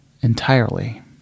entirely